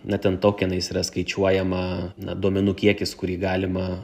na ten tokenais yra skaičiuojama na duomenų kiekis kurį galima